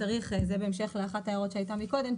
צריך וזה בהמשך לאחת ההערות שעלתה מקודם,